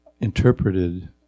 interpreted